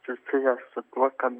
susiję su tuo kad